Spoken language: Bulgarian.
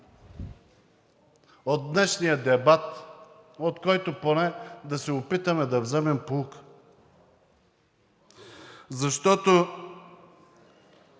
от днешния дебат, от който поне да се опитаме да вземем поука. Защото